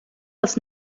els